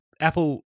Apple